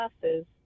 classes